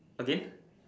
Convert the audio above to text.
again